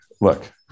look